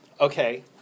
Okay